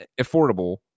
affordable